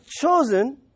chosen